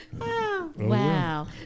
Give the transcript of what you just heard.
Wow